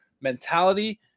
mentality